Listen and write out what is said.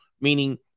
meaning